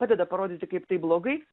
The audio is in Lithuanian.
padeda parodyti kaip tai blogai